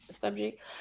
subject